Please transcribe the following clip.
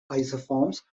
isoforms